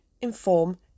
inform